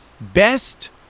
best